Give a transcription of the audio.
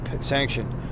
sanctioned